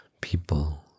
people